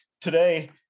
today